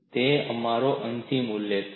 તે જ અમારો અંતિમ ઉદ્દેશ છે